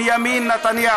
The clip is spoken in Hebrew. מתי,